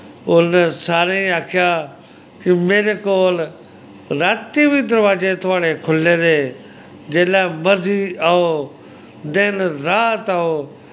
उन्न सारेंई आक्खेआ के मेरे कोल रातीं बी दरवाजे थोआड़े खुल्ले दे जिसलै मर्जी आओ दिन रात आओ